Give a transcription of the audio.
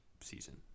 season